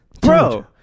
Bro